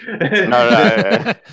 No